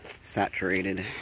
saturated